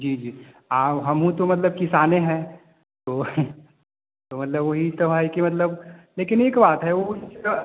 जी जी अब हमऊ तो मतलब किसाने है तो तो मतलब वही तो है कि मतलब लेकिन एक बात है वह उसका